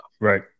Right